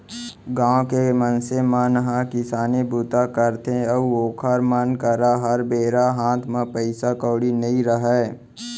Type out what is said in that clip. गाँव के मनसे मन ह किसानी बूता करथे अउ ओखर मन करा हर बेरा हात म पइसा कउड़ी नइ रहय